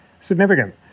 significant